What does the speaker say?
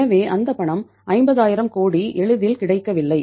எனவே அந்த பணம் 50000 கோடி எளிதில் கிடைக்கவில்லை